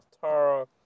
Tara